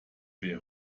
wäre